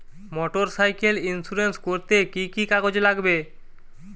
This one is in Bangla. মোটরসাইকেল ইন্সুরেন্স করতে কি কি কাগজ লাগবে?